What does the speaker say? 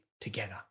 together